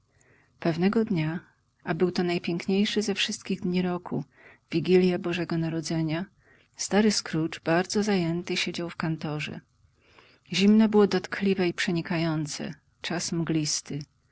pewnego dnia a był to najpiękniejszy ze wszystkich dni roku wigilja bożego narodzenia stary scrooge bardzo zajęty siedział w kantorze zimno było dotkliwe i przenikające czas